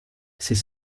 ses